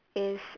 is